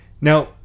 Now